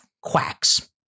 quacks